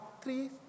three